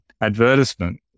advertisement